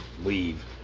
leave